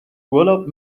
urlaub